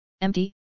empty